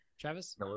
Travis